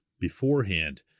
beforehand